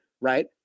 right